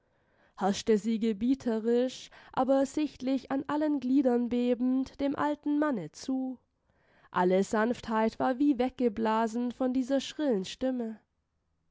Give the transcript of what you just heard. herrschte sie gebieterisch aber sichtlich an allen gliedern bebend dem alten manne zu alle sanftheit war wie weggeblasen von dieser schrillen stimme